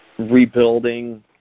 rebuilding